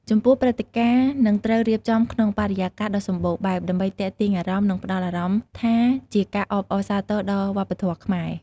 ចំពោះ ព្រឹត្តិការណ៍នឹងត្រូវរៀបចំក្នុងបរិយាកាសដ៏សម្បូរបែប ដើម្បីទាក់ទាញអារម្មណ៍ និងផ្តល់អារម្មណ៍ថា ជាការអបអរសាទរដល់វប្បធម៌ខ្មែរ។